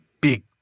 big